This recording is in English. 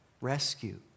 Rescue